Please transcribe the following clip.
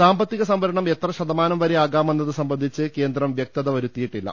സാമ്പത്തിക സംവരണം എത്ര ശതമാനം വരെ ആകാമെന്നത് സംബന്ധിച്ച് കേന്ദ്രം വ്യക്തത വരുത്തിയിട്ടില്ല